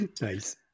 Nice